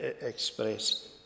express